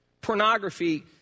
Pornography